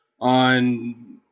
on